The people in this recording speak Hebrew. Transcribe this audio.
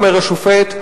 אומר השופט,